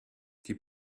die